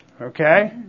okay